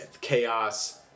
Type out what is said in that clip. chaos